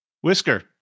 whisker